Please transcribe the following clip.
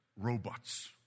robots